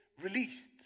released